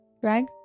Drag